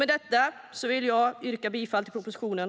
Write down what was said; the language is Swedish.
Med detta yrkar jag bifall till propositionen.